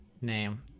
name